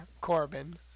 Corbin